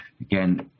again